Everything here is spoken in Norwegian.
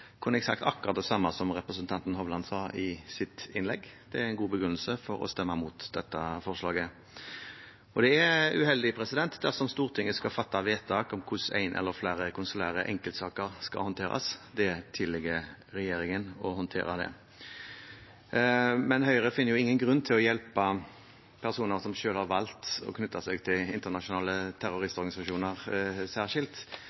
kunne jeg ha sagt akkurat det samme som representanten Hovland sa i sitt innlegg. Det er en god begrunnelse for å stemme imot dette forslaget. Og det er uheldig dersom Stortinget skal fatte vedtak om hvordan en eller flere konsulære enkeltsaker skal håndteres. Det tilligger regjeringen å håndtere det. Høyre finner ingen grunn til å hjelpe personer som selv har valgt å knytte seg til internasjonale terroristorganisasjoner særskilt,